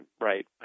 right